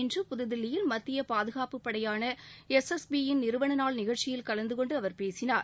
இன்று புதுதில்லியில் மத்திய பாதுகாப்புப் படையான எஸ் எஸ் பி யின் நிறுவனநாள் நிகழ்ச்சியில் கலந்து கொண்டு அவர் பேசினார்